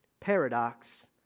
Paradox